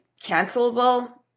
cancelable